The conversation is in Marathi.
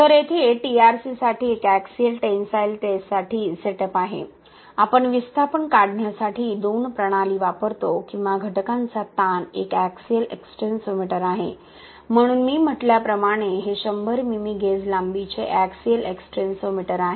तर येथे TRC साठी एक एक्सीयल टेन्साईल टेस्टसाठी सेटअप आहे आपण विस्थापन काढण्यासाठी दोन प्रणाली वापरतो किंवा घटकाचा ताण एक एक्सिअल एक्सटेन्सोमीटर आहे म्हणून मी म्हटल्याप्रमाणे हे 100 मिमी गेज लांबीचे एक्सिअल एक्सटेन्सोमीटर आहे